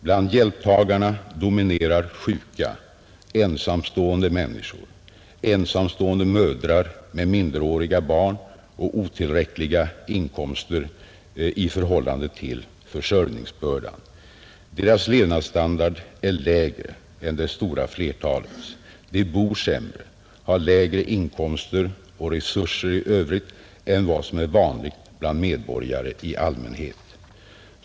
Bland hjälptagarna dominerar sjuka, ensamstående människor, ensamstående mödrar med minderåriga barn och otillräckliga inkomster i förhållande till försörjningsbördan. Deras levnadsstandard är lägre än det stora flertalets. De bor sämre, har lägre inkomster och resurser i övrigt än vad som är vanligt bland medborgarna i allmänhet.